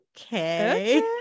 Okay